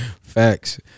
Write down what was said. Facts